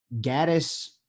Gaddis